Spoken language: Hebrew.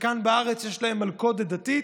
שכאן בארץ יש להם מלכודת דתית,